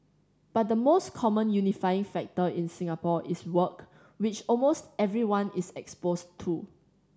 but the most common unifying factor in Singapore is work which almost everyone is exposed to